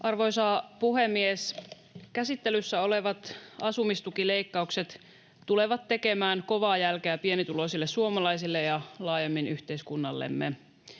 Arvoisa puhemies! Käsittelyssä olevat asumistukileikkaukset tulevat tekemään kovaa jälkeä pienituloisille suomalaisille ja laajemmin yhteiskunnallemme.